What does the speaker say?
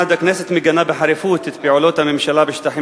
1. הכנסת מגנה בחריפות את פעולות הממשלה בשטחים